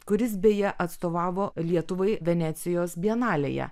kuris beje atstovavo lietuvai venecijos bienalėje